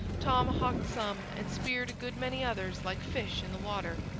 tomahawked some, and speared a good many others like fish in the water.